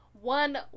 one